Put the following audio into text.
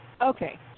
okay